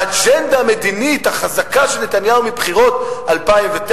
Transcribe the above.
האג'נדה המדינית החזקה של נתניהו מבחירות 2009,